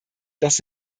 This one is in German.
dass